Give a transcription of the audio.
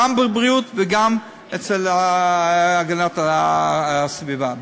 גם בבריאות וגם אצל הגנת הסביבה.